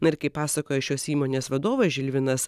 na ir kaip pasakoja šios įmonės vadovas žilvinas